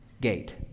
gate